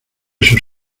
sus